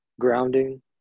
grounding